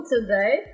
today